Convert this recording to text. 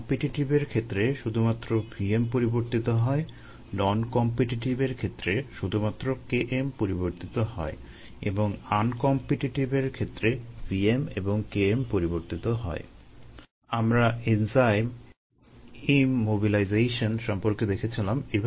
competitive এর ক্ষেত্রে শুধুমাত্র v m পরিবর্তিত হয় নন কম্পিটিটিভ এর ক্ষেত্রে শুধুমাত্র k m পরিবর্তিত হয় এবং আনকম্পিটিটিভ এর ক্ষেত্রে vm এবং k m পরিবর্তিত হয়